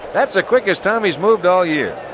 that's the quickest tommy's moved all year.